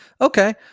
Okay